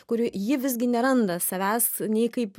kurių ji visgi neranda savęs nei kaip